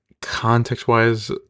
context-wise